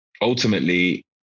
ultimately